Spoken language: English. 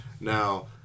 Now